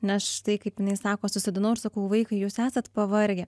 nes štai kaip jinai sako susodinau ir sakau vaikai jūs esat pavargę